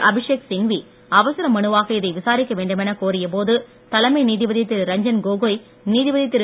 அபிஷேக் சிங்வி அவசர மனுவாக இதை விசாரிக்க வேண்டுமென கோரியபோது தலைமை நீதிபதி திரு ரஞ்சன் கோகோய் நீதிபதி திரு